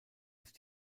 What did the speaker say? ist